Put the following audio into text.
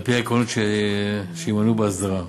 על-פי העקרונות שיימנו בהסדרה.